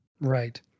Right